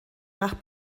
nach